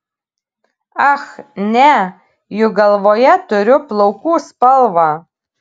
ach ne juk galvoje turiu plaukų spalvą